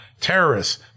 terrorists